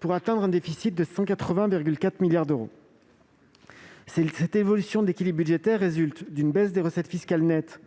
pour atteindre un déficit de 180,4 milliards d'euros. Cette évolution de l'équilibre budgétaire résulte d'une baisse des recettes fiscales nettes